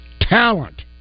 talent